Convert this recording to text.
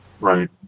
Right